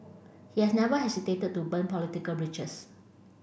he has never hesitated to burn political bridges